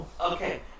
Okay